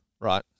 Right